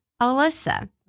Alyssa